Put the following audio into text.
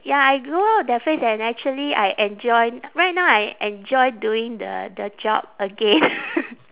ya I grew out of that phase and actually I enjoy right now I enjoy doing the the job again